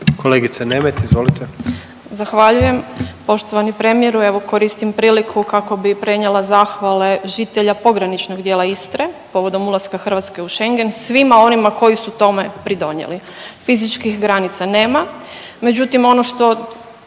Katarina (IDS)** Zahvaljujem. Poštovani premijeru evo koristim priliku kako bi prenijela zahvale žitelja pograničnog dijela Istre povodom ulaska Hrvatske u Schengen, svima onima koji su tome pridonijeli. Fizičkih granica nema, međutim ono što